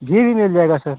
घी भी मिल जाएगा सर